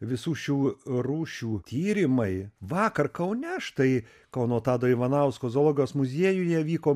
visų šių rūšių tyrimai vakar kaune štai kauno tado ivanausko zoologijos muziejuje vyko